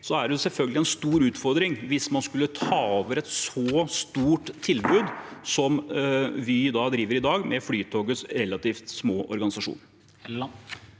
er det selvfølgelig en stor utfordring hvis man skulle ta over et så stort tilbud som Vy driver i dag, med Flytogets relativt lille organisasjon.